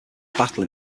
battle